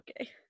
okay